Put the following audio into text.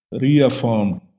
reaffirmed